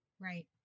Right